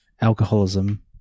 alcoholism